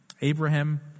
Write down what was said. Abraham